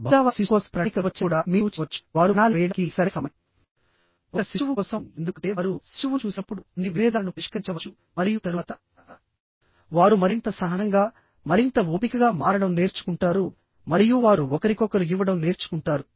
బహుశా వారు శిశువు కోసం ప్రణాళిక వేయవచ్చని కూడా మీరు సూచించవచ్చు వారు ప్రణాళిక వేయడానికి ఇది సరైన సమయం ఒక శిశువు కోసం ఎందుకంటే వారు శిశువును చూసినప్పుడు అన్ని విభేదాలను పరిష్కరించవచ్చు మరియు తరువాత వారు మరింత సహనంగా మరింత ఓపికగా మారడం నేర్చుకుంటారు మరియు వారు ఒకరికొకరు ఇవ్వడం నేర్చుకుంటారు